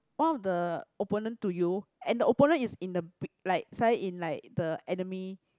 one of the opponent to you and the opponent is in the big like side in like the enemy